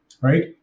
right